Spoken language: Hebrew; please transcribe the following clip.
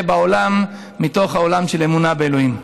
בעולם מתוך העולם של אמונה באלוהים.